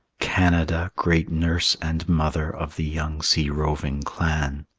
canada, great nurse and mother of the young sea-roving clan.